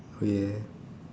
okay